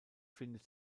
findet